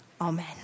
Amen